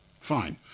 Fine